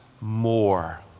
more